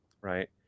right